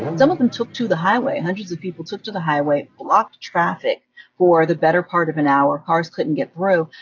and some of them took to the highway. hundreds of people took to the highway, blocked traffic for the better part of an hour. cars couldn't get through.